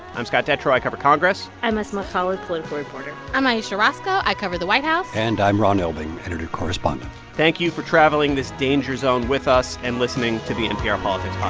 i'm scott detrow. i cover congress i'm asma khalid, political reporter i'm ayesha rascoe. i cover the white house and i'm ron elving, editor correspondent thank you for traveling this danger zone with us and listening to the npr politics